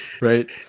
Right